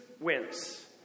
wins